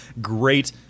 great